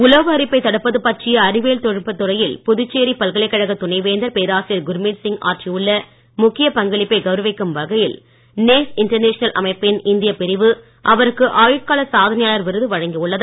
உலோக அரிப்பைத் தடுப்பது பற்றிய அறிவியல் தொழில்நுட்பத் துறையில் புதுச்சேரி பல்கலைக்கழக துணைவேந்தர் பேராசிரியர் குர்மித் சிங் ஆற்றியுள்ள முக்கியப் பங்களிப்பை கவுரவிக்கும் வகையில் நேஸ் இன்டர்நேஷனல் அமைப்பின் இந்தியப் பிரிவு அவருக்கு ஆயுட்கால சாதனையாளர் விருது வழங்கியுள்ளது